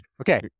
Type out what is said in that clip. Okay